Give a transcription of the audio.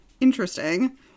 Interesting